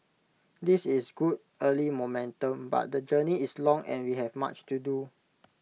this is good early momentum but the journey is long and we have much to do